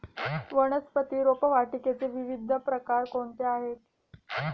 वनस्पती रोपवाटिकेचे विविध प्रकार कोणते आहेत?